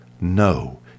No